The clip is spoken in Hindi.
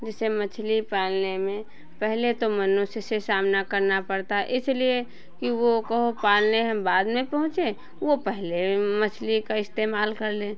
जैसे मछली पालने में पहले तो मनुष्य से सामना करना पड़ता है इसलिए कि वो कहो पालने में बाद में पहुँचे वो पहले मछली का इस्तेमाल कर लें